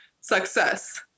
success